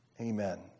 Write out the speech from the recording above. amen